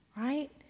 right